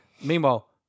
Meanwhile